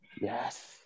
Yes